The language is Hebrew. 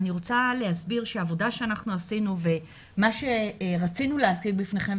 אני רוצה להסביר שהעבודה שעשינו ומה שרצינו להציג בפניכם,